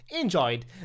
enjoyed